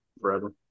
forever